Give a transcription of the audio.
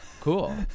cool